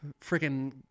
freaking